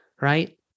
right